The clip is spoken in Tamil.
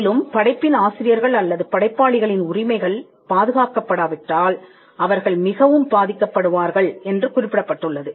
மேலும் படைப்பின் ஆசிரியர்கள் அல்லது படைப்பாளிகளின் உரிமைகள் பாதுகாக்கப்படா விட்டால் அவர்கள் மிகவும் பாதிக்கப்படுவார்கள் என்று குறிப்பிடப்பட்டுள்ளது